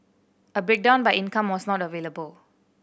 a breakdown by income was not available